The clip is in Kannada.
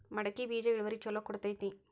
ಮಡಕಿ ಬೇಜ ಇಳುವರಿ ಛಲೋ ಕೊಡ್ತೆತಿ?